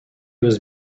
was